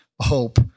hope